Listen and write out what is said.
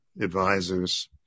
advisors